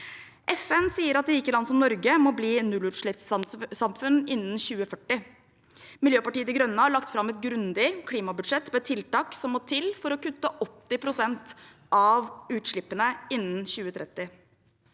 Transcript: FN sier at rike land som Norge må bli nullutslippssamfunn innen 2040. Miljøpartiet De Grønne har lagt fram et grundig klimabudsjett med tiltak som må til for å kutte 80 pst. av utslippene innen 2030.